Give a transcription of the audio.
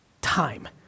time